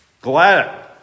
Glad